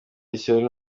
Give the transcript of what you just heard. ishyari